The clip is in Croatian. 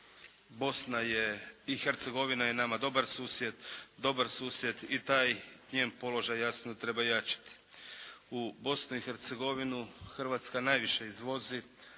Bosna je, i Hercegovina je nama dobar susjed i taj njen položaj jasno treba jačati. U Bosnu i Hercegovinu Hrvatska najviše izvozi.